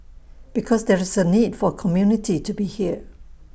because there's A need for community to be here